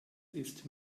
ist